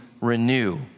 renew